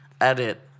Edit